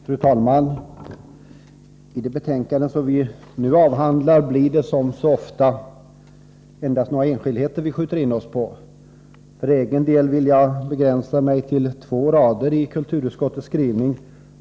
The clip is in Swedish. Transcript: Fru talman! I det betänkande som vi nu avhandlar är det, som så ofta, endast några enskildheter som vi skjuter in oss på. För egen del vill jag begränsa mig till två rader i kulturutskottets skrivning.